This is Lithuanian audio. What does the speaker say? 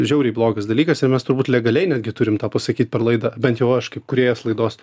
žiauriai blogas dalykas ir mes turbūt legaliai netgi turim tą pasakyt per laidą bent jau aš kaip kūrėjas laidos